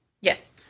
Yes